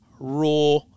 Raw